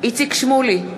איציק שמולי,